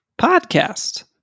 podcast